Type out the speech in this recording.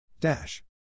Dash